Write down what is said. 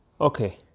Okay